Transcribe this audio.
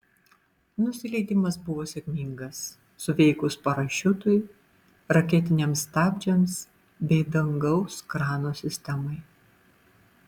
nusileidimas buvo sėkmingas suveikus parašiutui raketiniams stabdžiams bei dangaus krano sistemai